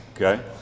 Okay